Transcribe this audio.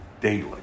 daily